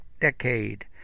decade